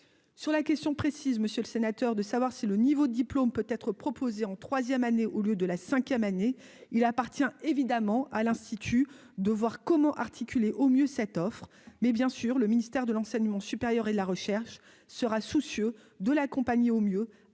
sur la question précise, monsieur le sénateur, de savoir si le niveau diplôme peut être proposé en troisième année, au lieu de la 5ème année il appartient évidemment à l'institut de voir comment articuler au mieux cette offre, mais bien sûr, le ministère de l'enseignement supérieur et la recherche sera soucieux de l'accompagner au mieux